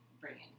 bringing